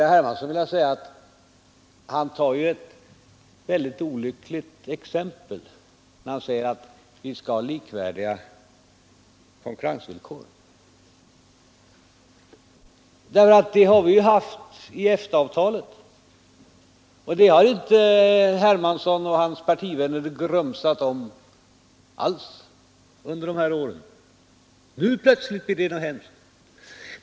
Herr Hermansson tar ett olyckligt exempel när han säger att vi skall ha likvärdiga konkurrensvillkor. Det har vi haft enligt EFTA-avtalet, och det har inte herr Hermansson och hans partivänner alls grumsat om under dessa år. Nu plötsligt blir det något hemskt.